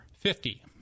Fifty